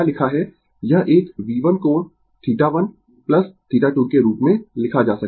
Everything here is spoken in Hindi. यह एक V1 कोण θ1θ2 के रूप में लिखा जा सकता है